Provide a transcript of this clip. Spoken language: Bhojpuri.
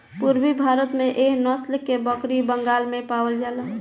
पूरबी भारत में एह नसल के बकरी बंगाल में पावल जाला